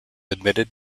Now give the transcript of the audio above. admitted